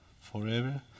forever